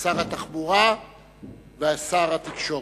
כשר התחבורה ושר התקשורת.